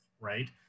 right